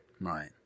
Right